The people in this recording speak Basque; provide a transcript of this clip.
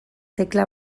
tekla